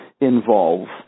involve